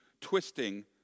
twisting